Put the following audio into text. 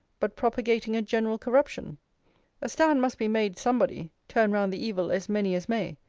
but propagating a general corruption a stand must be made somebody, turn round the evil as many as may,